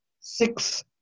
six